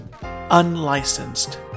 unlicensed